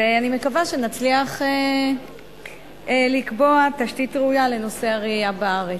ואני מקווה שנצליח לקבוע תשתית ראויה לנושא הרעייה בארץ.